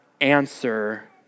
answer